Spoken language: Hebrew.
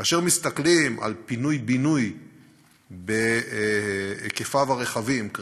כאשר מסתכלים על פינוי-בינוי בהיקפיו הרחבים,